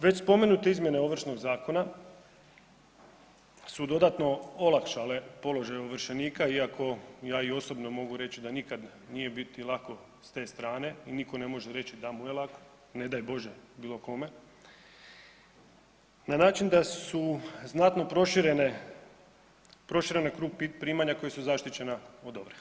Već spomenute izmjene Ovršnog zakona su dodatno olakšale položaj ovršenika iako i ja i osobno mogu reći da nikad biti lako s te strane i nitko ne može reći da mu je lako, ne daj Bože bilo kome, na način da su znatno proširene krug primanja koja su zaštićena od ovrha.